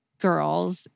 girls